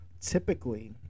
typically